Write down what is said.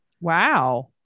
Wow